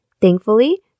Thankfully